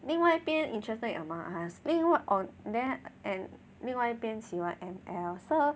另外边 interested in amount asked 另外 oh that and 另外一边喜欢 M_L so